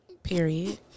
Period